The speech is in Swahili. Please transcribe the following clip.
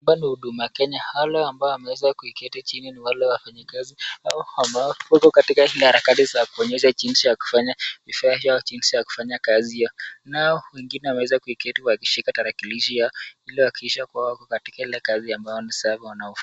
Hapa ni huduma Kenya wale ambao wameweza kuketi chini ni wale wafanyikazi hao ambao wako katika ile harakati ya kuonyesha jinsi ya kufanya kazi nao wengine wameweza kuketi wakishika tarakilishi ya ili waakikishe katika ile sehemu ambayo wanaifaa.